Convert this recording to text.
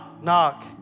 knock